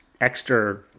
extra